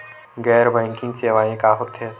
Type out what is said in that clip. गैर बैंकिंग सेवाएं का होथे?